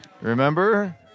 Remember